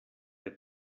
der